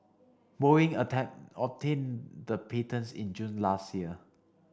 Boeing obtained the patents in June last year